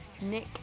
Nick